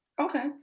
Okay